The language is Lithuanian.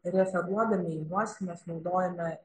referuodami į juos mes naudojame